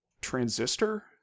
Transistor